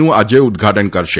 નું આજે ઉદ્દઘાટન કરશે